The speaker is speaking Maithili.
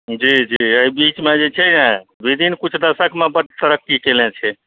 जी जी एहि बीचमे जे छै ने किछु दशकमे बड्ड तरक्की कयने छै